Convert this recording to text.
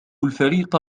الفريق